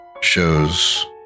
shows